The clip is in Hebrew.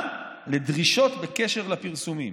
חריגה לדרישות בקשר לפרסומים".